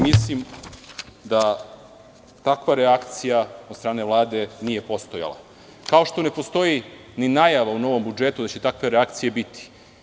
Mislim da takva reakcija od strane Vlade nije postojala, kao što ne postoji ni najava u novom budžetu da će takve reakcije biti.